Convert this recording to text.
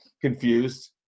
Confused